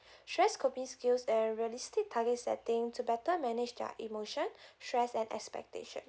stress coping skills and realistic target setting to better manage their emotion stress and expectation